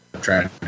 trying